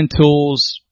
tools